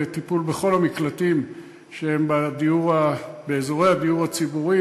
לטיפול בכל המקלטים שהם באזורי הדיור הציבורי,